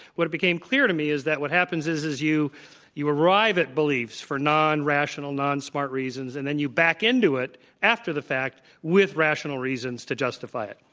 what became clear to me is that what happens is, is you you arrive at beliefs for non-rational, non-smart reasons, and then you back into it after the fact with rational reasons to justify it.